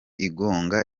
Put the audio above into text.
igonga